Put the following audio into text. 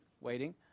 Waiting